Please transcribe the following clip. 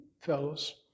fellows